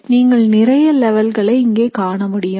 எனவே நீங்கள் நிறைய லெவல்களை இங்கே காணமுடியும்